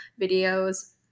videos